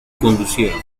conducía